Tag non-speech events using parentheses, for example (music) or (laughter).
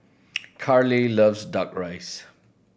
(noise) Carleigh loves Duck Rice